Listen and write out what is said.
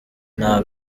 nta